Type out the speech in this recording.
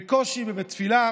בקושי ובתפילה.